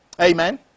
Amen